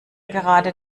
gerade